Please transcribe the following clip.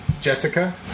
Jessica